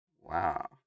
Wow